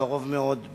בקרוב מאוד,